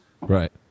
Right